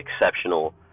exceptional